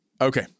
Okay